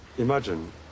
Imagine